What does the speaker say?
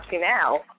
now